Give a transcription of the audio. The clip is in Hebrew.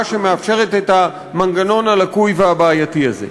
שמאפשרת את המנגנון הלקוי והבעייתי הזה.